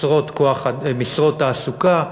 משרות תעסוקה.